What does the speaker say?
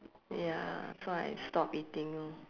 ya so I stop eating lor